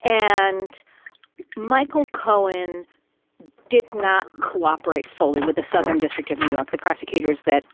and michael cohen did not cooperate fully with the southern district of new york. the prosecutors that